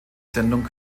sendung